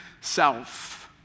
self